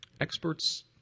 Experts